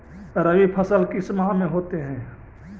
रवि फसल किस माह में होते हैं?